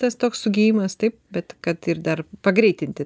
tas toks sugyjimas taip bet kad ir dar pagreitinti